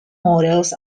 models